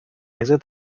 exit